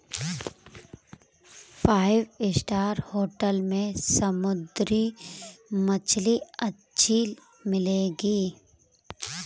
five star hotel में समुद्री मछली अच्छी मिलेंगी